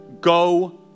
go